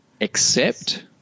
accept